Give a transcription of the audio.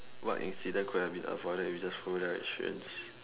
what incident could have been avoided if you just followed directions